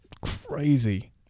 crazy